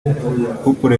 couple